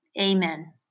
Amen